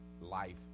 life